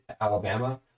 Alabama